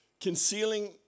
Concealing